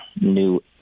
new